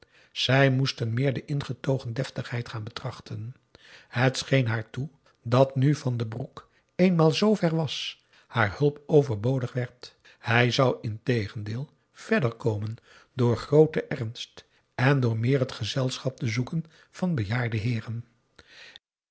zij moesten meer de ingetogen deftigheid gaan betrachten het scheen haar toe dat nu van den broek eenmaal z ver was haar hulp overbodig werd hij zou integendeel verder komen door grooten ernst en door meer t gezelschap te zoeken van bejaarde heeren